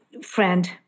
friend